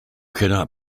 cannot